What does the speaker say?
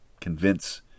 convince